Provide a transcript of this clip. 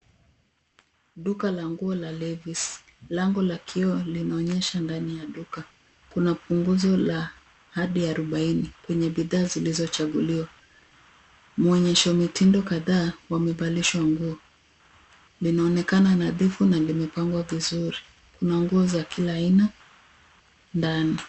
Duka la nguo la Levis. Lango la kioo linaonyesha ndani ya duka. Kuna punguzo la hadi 40 kwa bidhaa zilizochaguliwa. Mwonyesha mitindo kadhaa wamevalishwa nguo. Linaonekana nadhifu na limepangwa vizuri. Kuna nguo za kila aina ndani.